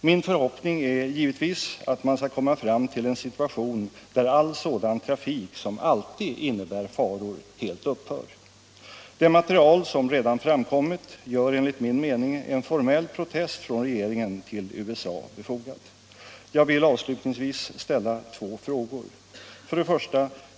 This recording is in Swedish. Min förhoppning är givetvis att man skall komma fram till en situation där all sådan trafik, som alltid innebär faror, helt upphör. Det material som redan framkommit gör enligt min mening en formell protest från regeringen till USA befogad. Jag vill avslutningsvis ställa två frågor: 1.